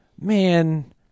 man